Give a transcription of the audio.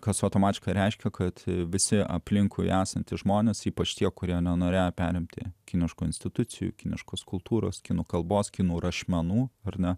kas automatiškai reiškia kad visi aplinkui esantys žmonės ypač tie kurie nenorėjo perimti kiniškų institucijų kiniškos kultūros kinų kalbos kinų rašmenų ar ne